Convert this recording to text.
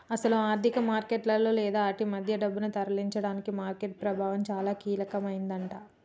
అసలు ఆర్థిక మార్కెట్లలో లేదా ఆటి మధ్య డబ్బును తరలించడానికి మార్కెట్ ప్రభావం చాలా కీలకమైందట